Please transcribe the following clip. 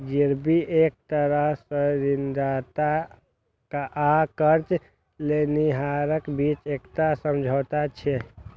गिरवी एक तरह सं ऋणदाता आ कर्ज लेनिहारक बीच एकटा समझौता छियै